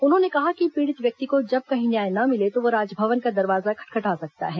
उन्होंने कहा कि पीड़ित व्यक्ति को जब कहीं न्याय न मिले तो वह राजभवन का दरवाजा खटखटा सकता है